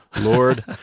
Lord